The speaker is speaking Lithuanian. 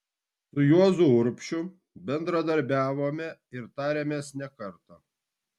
su juozu urbšiu bendradarbiavome ir tarėmės ne kartą